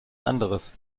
anderes